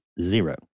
Zero